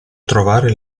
trovare